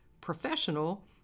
professional